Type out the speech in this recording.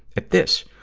at this,